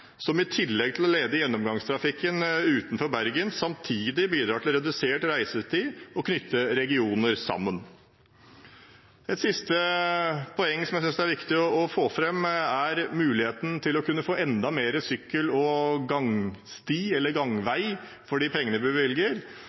som i tillegg til å lede gjennomgangstrafikken utenom Bergen bidrar til redusert reisetid og knytter regioner sammen. Et siste poeng jeg synes det er viktig å få fram, er muligheten til å kunne få enda mer sykkelsti og gangvei for pengene vi bevilger.